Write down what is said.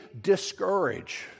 discourage